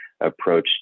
approach